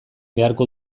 beharko